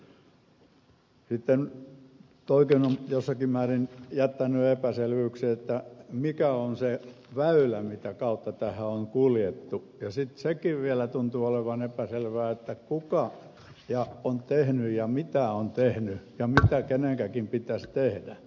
sitten tuokin on jossakin määrin jättänyt epäselvyyksiä mikä on se väylä mitä kautta tähän on kuljettu ja sekin vielä tuntuu olevan epäselvää kuka on tehnyt ja mitä on tehnyt ja mitä kenenkin pitäisi tehdä